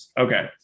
okay